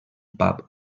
pub